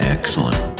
Excellent